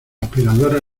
aspiradora